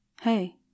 Hey